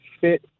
fit